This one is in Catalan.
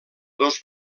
dos